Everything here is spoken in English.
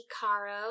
Caro